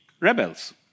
rebels